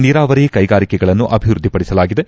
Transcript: ನೀರಾವರಿ ಕೈಗಾರಿಕೆಗಳನ್ನು ಅಭಿವೃದ್ಧಿಪಡಿಸಲಾಗಿದೆ